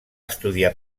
estudiar